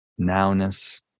nowness